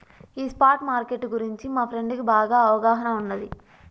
ఈ spot market గురించి మా ఫ్రెండుకి బాగా అవగాహన ఉన్నాది